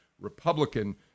republican